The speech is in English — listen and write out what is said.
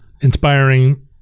inspiring